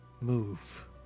move